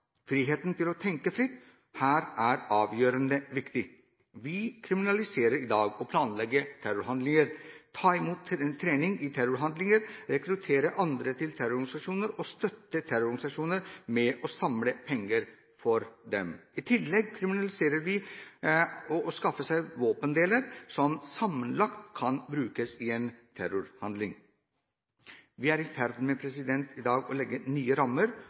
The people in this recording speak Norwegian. Friheten til å tenke fritt er her avgjørende viktig. Vi foreslår i dag å kriminalisere planlegging av terrorhandlinger, å ta imot trening i terrorhandlinger, rekruttere andre til terrororganisasjoner og støtte terrororganisasjoner ved å samle inn penger til dem. I tillegg kriminaliserer vi å skaffe seg våpendeler som samlet kan brukes i en terrorhandling. Vi er i dag i ferd med å legge nye rammer